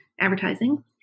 Advertising